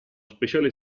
speciale